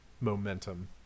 Momentum